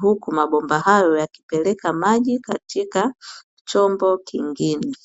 huku mabomba hayo yakipeleka maji katika chombo kingine.